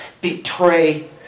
betray